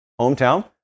hometown